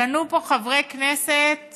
קנו פה חברי כנסת